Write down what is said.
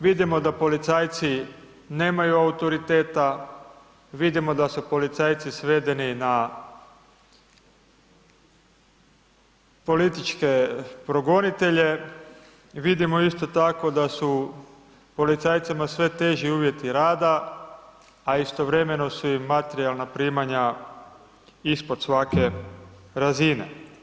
Vidimo da policajci nemaju autoriteta, vidimo da su policajci svedeni na političke progonitelje, vidimo isto tako da su policajcima sve teži uvjeti rada, a istovremeno su im materijalna primanja ispod svake razine.